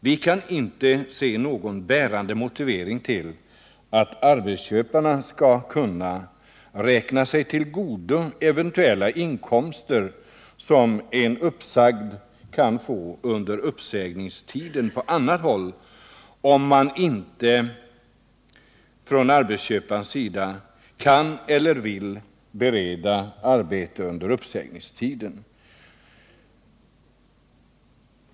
Vi kan inte se någon bärande motivering till att arbetsköparna skall kunna räkna sig till godo eventuella inkomster som en uppsagd under uppsägningstiden kan få på annat håll, om arbetsköparen inte kan eller vill bereda arbete under uppsägningstiden.